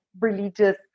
religious